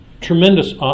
tremendous